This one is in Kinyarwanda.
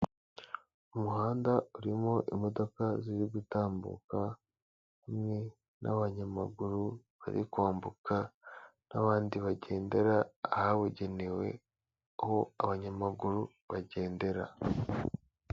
Umuhanda urimo imodoka ziri gutambuka hamwe n'abanyamaguru bari kwambuka n'abandi bagendera ahabugenewe, aho abanyamaguru bagendera.